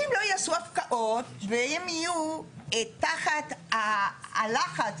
אם לא ייעשו הפקעות והם יהיו תחת הלחץ,